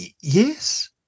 Yes